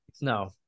no